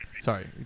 Sorry